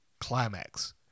climax